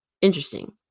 Interesting